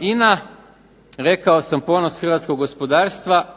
INA rekao sam ponos Hrvatskog gospodarstva,